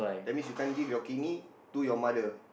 that means you can't give your kidney to your mother